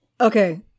Okay